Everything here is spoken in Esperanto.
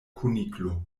kuniklo